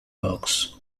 box